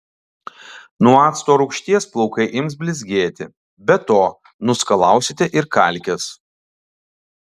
nuo acto rūgšties plaukai ims blizgėti be to nuskalausite ir kalkes